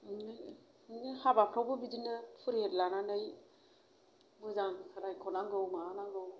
नोङो हाबाफ्रावबो बिदिनो फुरुहिथ लानानै मोजां रायख'नांगौ माबानांगौ